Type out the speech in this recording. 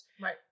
Right